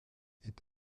est